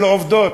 אלה עובדות,